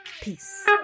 peace